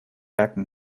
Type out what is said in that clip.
werk